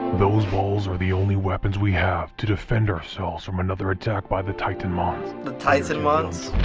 those balls are the only weapons we have to defend ourselves from another attack by the titanmons. the titanmons?